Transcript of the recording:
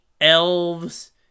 elves